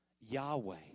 Yahweh